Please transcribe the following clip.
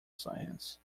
science